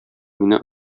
мине